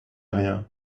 rien